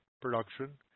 production